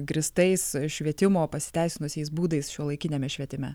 grįstais švietimo pasiteisinusiais būdais šiuolaikiniame švietime